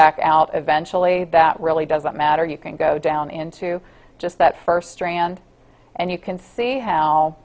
back out eventually that really doesn't matter you can go down into just that first strand and you can see how